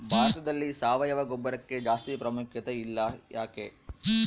ಭಾರತದಲ್ಲಿ ಸಾವಯವ ಗೊಬ್ಬರಕ್ಕೆ ಜಾಸ್ತಿ ಪ್ರಾಮುಖ್ಯತೆ ಇಲ್ಲ ಯಾಕೆ?